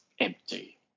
empty